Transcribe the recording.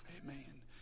Amen